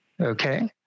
Okay